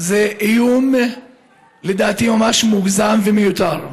לדעתי זה איום ממש מוגזם ומיותר.